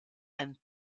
and